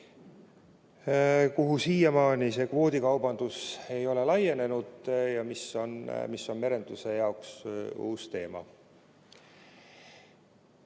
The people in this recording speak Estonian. kuhu siiamaani see kvoodikaubandus ei ole laienenud, see on merenduse jaoks uus teema.